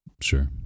Sure